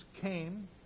came